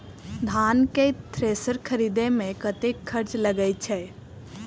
धान केँ थ्रेसर खरीदे मे कतेक खर्च लगय छैय?